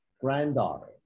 granddaughter